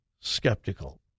skeptical